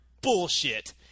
Bullshit